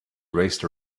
raced